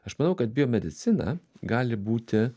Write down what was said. aš manau kad biomedicina gali būti